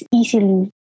easily